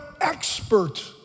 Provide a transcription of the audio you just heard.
expert